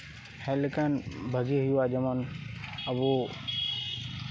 ᱦᱮᱡ ᱞᱮᱠᱷᱟᱱ ᱵᱷᱟᱜᱤ ᱦᱩᱭᱩᱜᱼᱟ ᱡᱮᱢᱚᱱ ᱟᱵᱚ